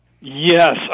Yes